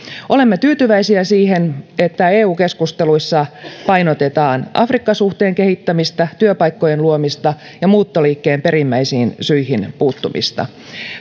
olemme tyytyväisiä siihen että eu keskusteluissa painotetaan afrikka suhteen kehittämistä työpaikkojen luomista ja muuttoliikkeen perimmäisiin syihin puuttumista